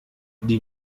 die